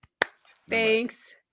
Thanks